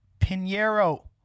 Pinheiro